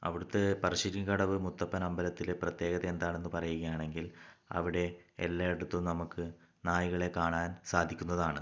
അവിടുത്തെ പറശ്ശിനിക്കടവ് മുത്തപ്പൻ അമ്പലത്തിൽ പ്രത്യേകത എന്താണെന്നു പറയുകയാണെങ്കിൽ അവിടെ എല്ലായിടത്തും നമുക്ക് നായകളെ കാണാൻ സാധിക്കുന്നതാണ്